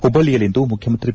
ಹುಬ್ಲಳ್ಳಿಯಲ್ಲಿಂದು ಮುಖ್ಯಮಂತ್ರಿ ಬಿ